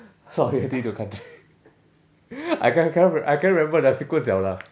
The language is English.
loyalty to country I can't I cannot remember the sequence liao lah